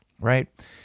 right